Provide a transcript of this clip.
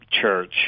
church